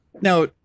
Now